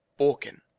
borkin.